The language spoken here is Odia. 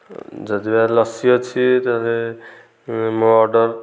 ଯଦି ବା ଲସି ଅଛି ମୁଁ ତା'ହେଲେ ମୋ ଅର୍ଡ଼ର